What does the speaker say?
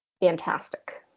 fantastic